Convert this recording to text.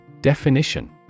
Definition